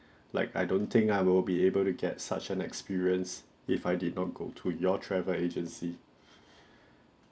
like I don't think I will be able to get such an experience if I did not go to your travel agency